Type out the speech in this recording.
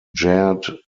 jared